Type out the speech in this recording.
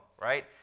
right